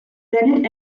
then